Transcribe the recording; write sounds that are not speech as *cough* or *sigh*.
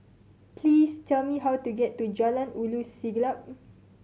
please tell me how to get to Jalan Ulu Siglap *noise*